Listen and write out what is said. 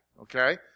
Okay